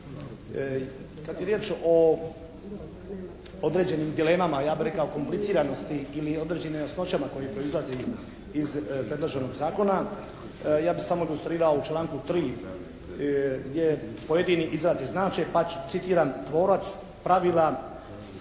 Kad je riječ o određenim dilemama, ja bih rekao kompliciranosti ili određenim nejasnoćama koji proizlazi iz predloženog zakona ja bih samo ilustrirao u članku 3. gdje pojedini izrazi znače pa citiram: «Tvorac pravila